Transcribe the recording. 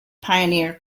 pioneer